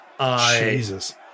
Jesus